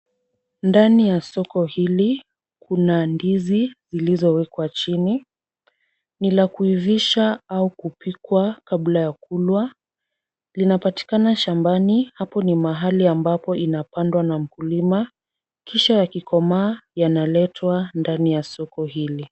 Ndani ya soko hili kuna ndizi zilizowekwa chini. Ni la kuivisha au kupikwa kabla ya kulwa. Linapatikana shambani hapo ni mahali ambapo inapandwa na mkulima, kisha yakikomaa yanaletwa ndani ya soko hili.